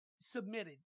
submitted